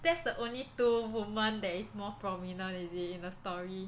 that's the only two woman that is more prominent is it in the story